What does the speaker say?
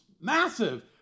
massive